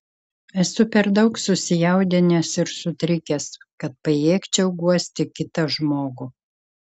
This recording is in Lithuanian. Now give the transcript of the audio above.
esu per daug susijaudinęs ir sutrikęs kad pajėgčiau guosti kitą žmogų